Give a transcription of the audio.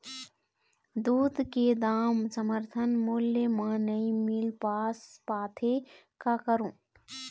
दूध के दाम समर्थन मूल्य म नई मील पास पाथे, का करों?